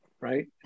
right